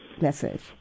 message